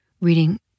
reading